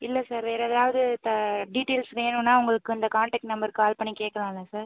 இல்லை சார் வேறு ஏதாவது த டீட்டெயில்ஸ் வேணும்ன்னா உங்களுக்கு இந்த கான்டெக்ட் நம்பருக்கு கால் பண்ணி கேக்கலாம்ல சார்